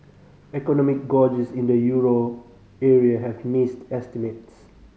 economic gauges in the euro area have missed estimates